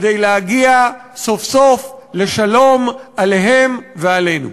כדי להגיע סוף-סוף לשלום עליהם ועלינו.